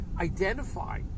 identify